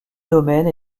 domaines